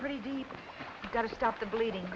pretty deep gotta stop the bleeding